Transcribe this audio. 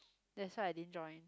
that's why I didn't join